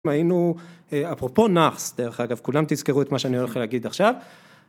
היינו, אפרופו נאחס דרך אגב, כולם תזכרו את מה שאני הולך להגיד עכשיו